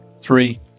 three